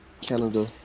Canada